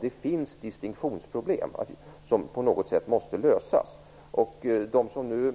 Det finns distinktionsproblem som på något sätt måste lösas. De som